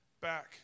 back